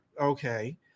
okay